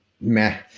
meh